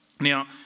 Now